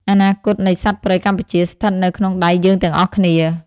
អនាគតនៃសត្វព្រៃកម្ពុជា ស្ថិតនៅក្នុងដៃយើងទាំងអស់គ្នា។